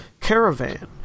caravan